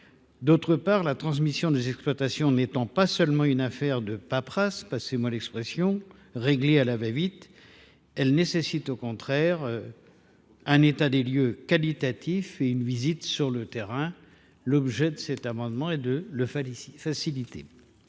outre, la transmission des exploitations n’est pas seulement une affaire de paperasse – passez moi l’expression –, réglée à la va vite : elle nécessite au contraire d’effectuer un état des lieux qualitatif et une visite sur le terrain. L’objet de cet amendement est de faciliter